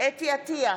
חוה אתי עטייה,